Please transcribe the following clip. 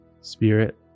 Spirit